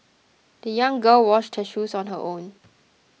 the young girl washed her shoes on her own